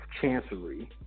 chancery